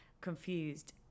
confused